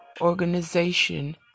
organization